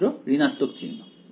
ছাত্র ঋণাত্মক চিহ্ন